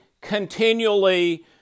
continually